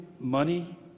money